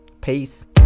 peace